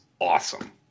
awesome